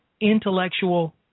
intellectual